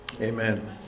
Amen